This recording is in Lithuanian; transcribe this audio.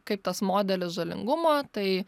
kaip tas modelis žalingumo tai